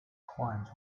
quiet